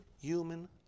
human